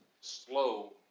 slow